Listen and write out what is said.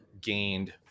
gained